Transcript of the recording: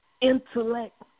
intellect